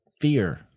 fear